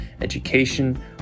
education